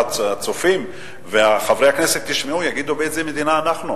וכשהצופים וחברי הכנסת ישמעו הם יגידו: באיזה מדינה אנחנו,